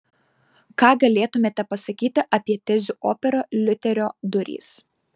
ką galėtumėte pasakyti apie tezių operą liuterio durys